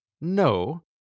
No